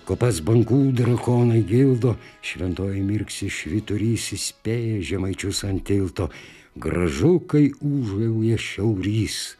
kopas bangų drakonai gildo šventoji mirksi švyturys įspėja žemaičius ant tilto gražu kai ūžauja šiaurys